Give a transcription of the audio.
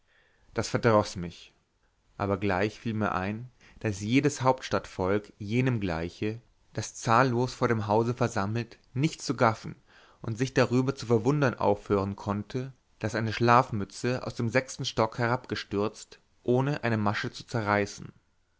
das verdroß mich aber gleich fiel mir ein daß jedes hauptstadtvolk jenem gleiche das zahllos vor dem hause versammelt nicht zu gaffen und sich darüber zu verwundern aufhören konnte daß eine schlafmütze aus dem sechsten stock herabgestürzt ohne eine masche zu zerreißen